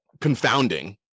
confounding